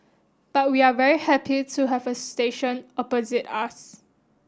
but we are very happy to have a station opposite us